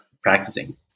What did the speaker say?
practicing